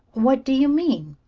what do you mean?